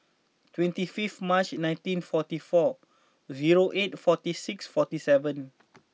twenty fifth March nineteen forty four zero eight forty six forty seven